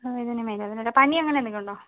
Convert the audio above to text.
തലവേദനയും മേലുവേദനയും അല്ലേ പനി അങ്ങനെയെന്തെങ്കിലുമുണ്ടോ